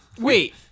wait